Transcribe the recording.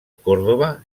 còrdova